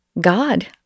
god